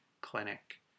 clinic